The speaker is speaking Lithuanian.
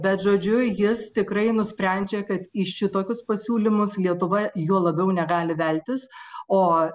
bet žodžiu jis tikrai nusprendžia kad į šitokius pasiūlymus lietuva juo labiau negali veltis o